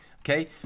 Okay